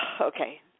Okay